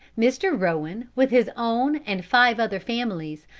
mr. rowan, with his own and five other families,